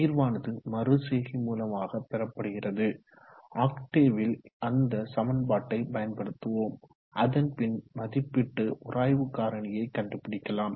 தீர்வானது மறுசெய்கை மூலமாக பெறப்படுகிறது ஆக்டேவில் அந்த சமன்பாட்டை பயன்படுத்துவோம் அதன்பின் மதிப்பிட்டு உராய்வு காரணியை கண்டுபிடிக்கலாம்